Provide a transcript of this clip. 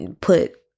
put